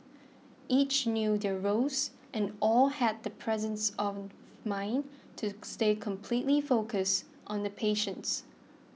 each knew their roles and all had the presence of mind to stay completely focused on the patients